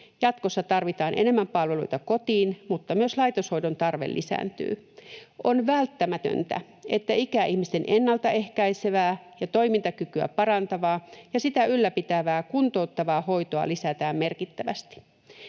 Jatkossa tarvitaan enemmän palveluita kotiin, mutta myös laitoshoidon tarve lisääntyy. On välttämätöntä, että ikäihmisten ennaltaehkäisevää ja toimintakykyä parantavaa ja sitä ylläpitävää kuntouttavaa hoitoa lisätään merkittävästi.